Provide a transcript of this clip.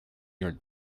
your